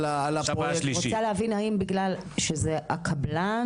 אני רוצה להבין האם בגלל שזה הקבלן,